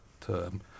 term